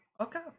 Okay